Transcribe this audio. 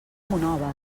monòver